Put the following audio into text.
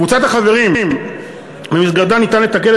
קבוצת החברים שבמסגרתה ניתן לתקן את